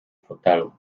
fotelu